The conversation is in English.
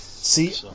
See